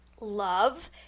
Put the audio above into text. love